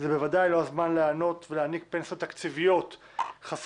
זה בוודאי לא הזמן להיענות ולהעניק פנסיות תקציביות חסרות